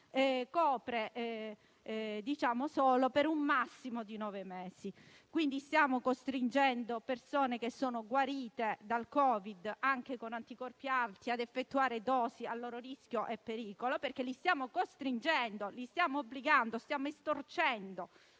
copre un periodo massimo di nove mesi. Quindi, stiamo costringendo persone guarite dal Covid, anche con anticorpi alti, a effettuare dosi a loro rischio e pericolo; li stiamo costringendo, li stiamo obbligando; stiamo estorcendo